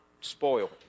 spoil